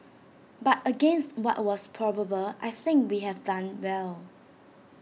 but against what was probable I think we have done well